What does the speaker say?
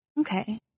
Okay